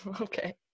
Okay